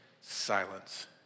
silence